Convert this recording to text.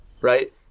right